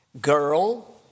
girl